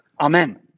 amen